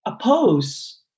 oppose